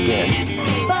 again